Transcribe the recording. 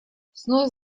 снос